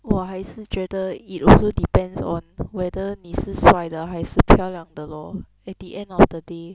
我还是觉得 it also depends on whether 你是帅的还是漂亮的 lor at the end of the day